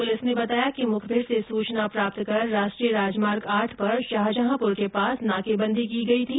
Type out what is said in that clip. police ने बताया की मुखबिर से सूचना पर राष्ट्रीय राजमार्ग आठ पर शाहजहांपुर के पास नाकेबंदी की गई थी